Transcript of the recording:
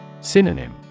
Synonym